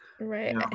Right